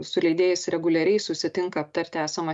su leidėjais reguliariai susitinka aptarti esamą